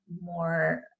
more